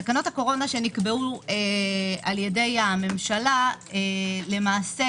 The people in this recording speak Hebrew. תקנות הקורונה שנקבעו על-ידי הממשלה החריגו למעשה